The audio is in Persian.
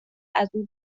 ازاو